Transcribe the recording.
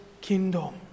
kingdom